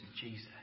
Jesus